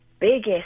biggest